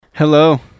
Hello